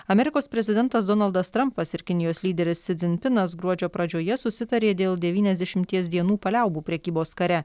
amerikos prezidentas donaldas trampas ir kinijos lyderis si dzinpinas gruodžio pradžioje susitarė dėl devyniasdešimties dienų paliaubų prekybos kare